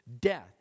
Death